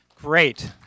Great